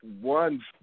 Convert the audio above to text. one